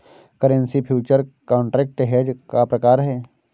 currency future contract hedge का प्रकार है